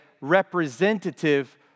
representative